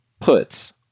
puts